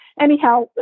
anyhow